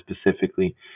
specifically